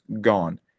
gone